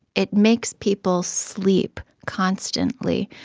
it makes people sleep constantly.